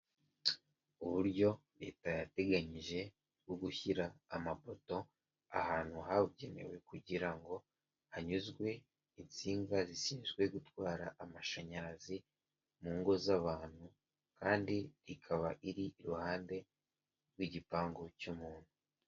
Uburyo leta yateganyije bwo gushyira amapoto ahantu habugenewe kugira ngo hanyuzwe insinga zishinzwe gutwara amashanyarazi mu ngo z'abantu kandi ikaba iri iruhande rw'igipangu cy'umuntu .